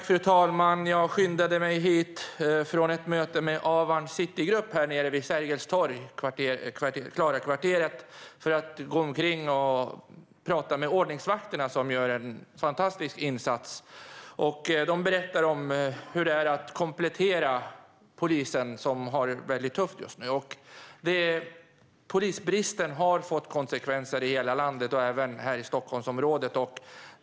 Fru talman! Jag skyndade mig hit från ett möte med Avarn citygrupp vid Sergels torg och Klarakvarteren. Jag gick omkring och pratade med ordningsvakterna, som gör en fantastisk insats. De berättade om hur det är att komplettera polisen, som har det väldigt tufft just nu. Polisbristen har fått konsekvenser i hela landet, även här i Stockholmsområdet.